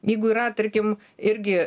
jeigu yra tarkim irgi